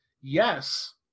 yes